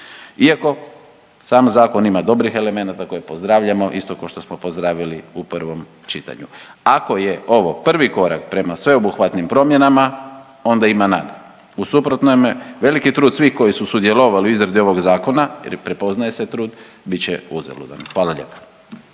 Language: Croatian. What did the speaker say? iako sam zakon ima dobrih elemenata koje pozdravljamo, isto košto smo pozdravili u prvom čitanju. Ako je ovo prvi korak prema sveobuhvatnim promjenama onda ima nade, u suprotnome veliki trud svih koji su sudjelovali u izradi ovog zakona jer prepoznaje se trud, bit će uzaludan, hvala lijepa.